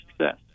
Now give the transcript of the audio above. success